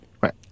Right